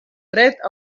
dret